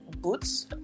boots